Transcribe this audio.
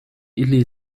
ili